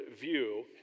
view